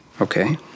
Okay